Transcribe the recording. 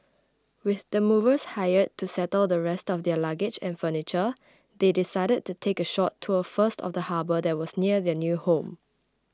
with the movers hired to settle the rest of their luggage and furniture they decided to take a short tour first of the harbour that was near their new home